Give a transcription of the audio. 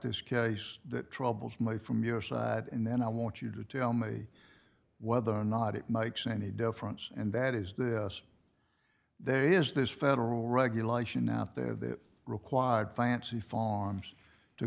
this case that troubles me from your side and then i want you to tell me whether or not it makes any difference and that is this there is this federal regulation out there that required fancy forms to